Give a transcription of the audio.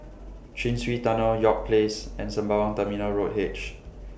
Chin Swee Tunnel York Place and Sembawang Terminal Road H